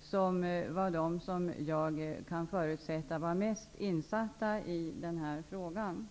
som, förutsätter jag, var mest insatta i frågan.